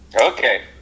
Okay